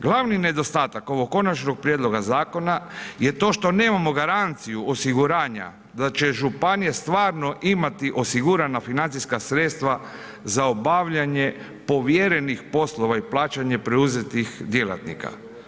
Glavni nedostatak ovog konačnog prijedloga zakona je to što nemamo garanciju osiguranja da će županije stvarno imati osigurana financijska sredstva za obavljanje povjerenih poslova i plaćanje preuzetih djelatnika.